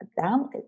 down